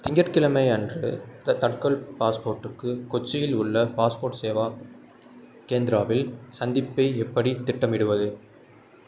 திங்கட்கெழமை அன்று இந்த தட்கல் பாஸ்போர்ட்டுக்கு கொச்சியில் உள்ள பாஸ்போர்ட் சேவா கேந்திராவில் சந்திப்பை எப்படி திட்டமிடுவது